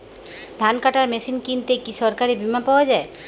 ধান কাটার মেশিন কিনতে কি সরকারী বিমা পাওয়া যায়?